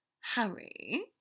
Harry